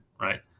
right